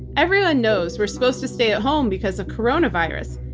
everyone knows we're supposed to stay at home because of coronavirus,